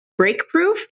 Breakproof